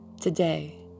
Today